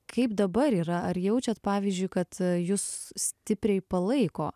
kaip dabar yra ar jaučiat pavyzdžiui kad jus stipriai palaiko